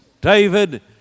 David